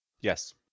Yes